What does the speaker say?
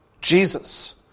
Jesus